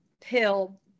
pill